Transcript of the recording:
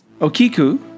Okiku